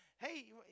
Hey